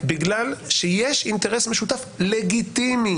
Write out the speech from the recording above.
בגלל שיש אינטרס משותף לגיטימי,